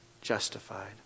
justified